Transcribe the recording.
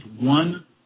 one